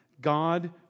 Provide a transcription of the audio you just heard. God